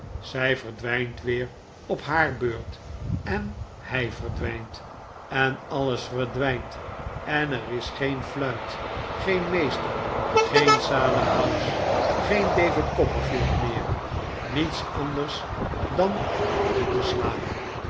zij verdwijnt weer op haar beurt en hij verdwijnt en alles verdwijnt en er is geen fluit geen meester geen salem house geen david copperfield meer niets anders meer dan een diepe slaap